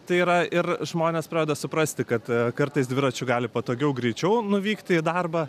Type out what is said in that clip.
tai yra ir žmonės pradeda suprasti kad kartais dviračiu gali patogiau greičiau nuvykti į darbą